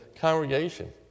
congregation